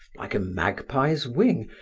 like a magpie's wing,